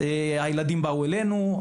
הילדים באו אלינו,